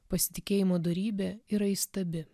pasitikėjimo dorybė yra įstabi